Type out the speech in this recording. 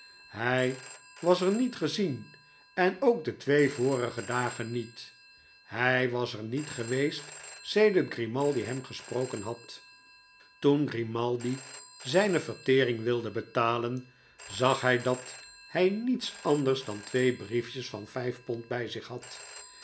hij was er niet gezien en ook de twee vorige dagen niet hij was er niet geweest sedert grimaldi hem gesproken had toen grimaldi zijne vertering wilde betalen zag hij dat hij niets anders dan twee briefjes van vijf pond bij zich had